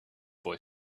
boy